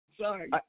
Sorry